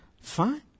Fine